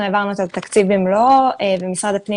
אנחנו העברנו את התקציב במלואו ומשרד הפנים